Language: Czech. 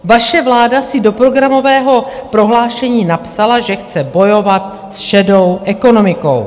Vaše vláda si do programového prohlášení napsala, že chce bojovat s šedou ekonomikou.